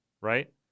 right